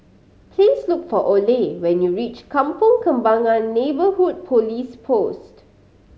please look for Oley when you reach Kampong Kembangan Neighbourhood Police Post